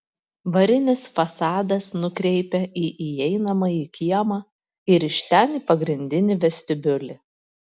varinis fasadas nukreipia į įeinamąjį kiemą ir iš ten į pagrindinį vestibiulį